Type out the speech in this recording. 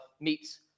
meets